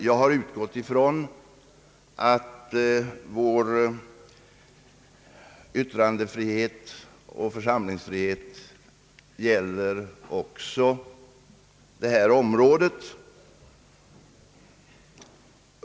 Jag har utgått ifrån att yttrandefriheten och församlingsfriheten gäller också på det här området.